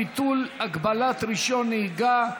ביטול הגבלת רישיון נהיגה),